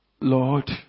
Lord